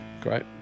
Great